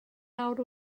awr